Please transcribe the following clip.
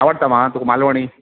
आवडता मग मालवणी